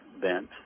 bent